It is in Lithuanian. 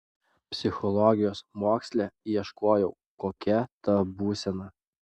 psichologijos moksle ieškojau kokia ta būsena